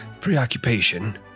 preoccupation